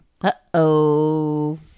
Uh-oh